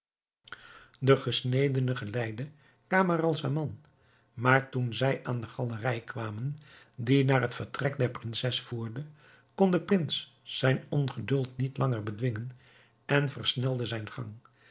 de gesnedene geleidde camaralzaman maar toen zij aan de galerij kwamen die naar het vertrek der prinses voerde kon de prins zijn ongeduld niet langer bedwingen en versnelde zijn gang